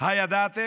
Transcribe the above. הידעתם?